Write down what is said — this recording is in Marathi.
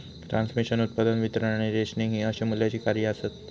ट्रान्समिशन, उत्पादन, वितरण आणि रेशनिंग हि अशी मूल्याची कार्या आसत